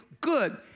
good